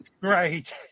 Right